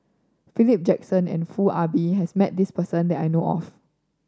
Philip Jackson and Foo Ah Bee has met this person that I know of